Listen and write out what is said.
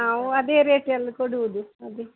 ನಾವು ಅದೇ ರೇಟ್ ಎಲ್ಲ ಕೊಡುವುದು ಅದೇ